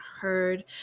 heard